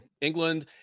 England